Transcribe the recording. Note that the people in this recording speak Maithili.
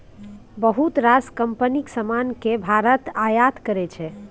बहुत रास कंपनीक समान केँ भारत आयात करै छै